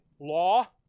law